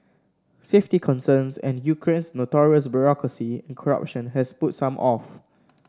safety concerns and Ukraine's notorious bureaucracy and corruption has put some off